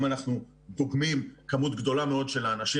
אם אנחנו דוגמים כמות גדולה מאוד של אנשים,